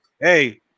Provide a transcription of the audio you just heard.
hey